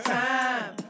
time